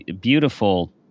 beautiful